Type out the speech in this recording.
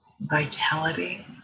Vitality